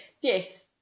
yes